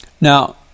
Now